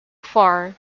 far